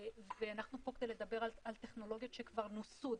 ואנחנו פה כדי לדבר על טכנולוגיות שכבר נוסו.